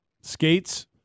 Skates